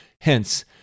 Hence